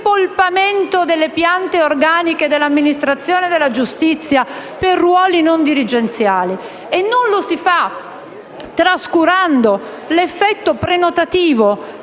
rimpolpamento delle piante organiche dell'amministrazione della giustizia per ruoli non dirigenziali. Non lo si fa trascurando l'effetto prenotativo